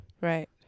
Right